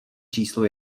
číslo